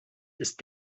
ist